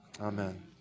Amen